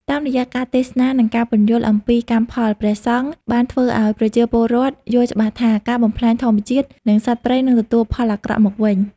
តាមរយៈការទេសនា និងការពន្យល់អំពីកម្មផល ព្រះសង្ឃបានធ្វើឱ្យប្រជាពលរដ្ឋយល់ច្បាស់ថា ការបំផ្លាញធម្មជាតិ និងសត្វព្រៃនឹងទទួលផលអាក្រក់មកវិញ។